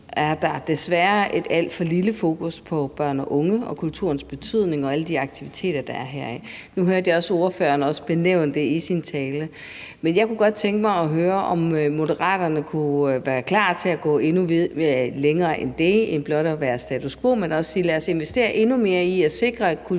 er der desværre et alt for lille fokus på børn og unge og kulturens betydning og alle de aktiviteter, der kommer heraf. Det hørte jeg også ordføreren nævne i sin tale. Men jeg kunne godt tænke mig at høre, om Moderaterne kunne være klar til at gå endnu længere end blot status quo, men også sige: Lad os investere endnu mere i at sikre, at kultur